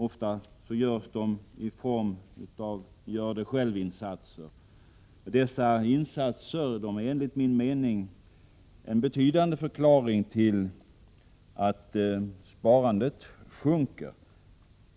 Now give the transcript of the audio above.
Ofta görs dessa satsningar i form av gör-det-själv-arbeten. Dessa insatser är enligt min mening en viktig förklaring till att det finansiella sparandet sjunker.